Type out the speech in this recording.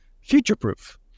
future-proof